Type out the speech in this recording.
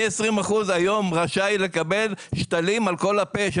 היום מ-20% רשאי לקבל שתלים על כל הפה.